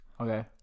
Okay